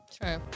True